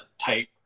type